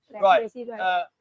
Right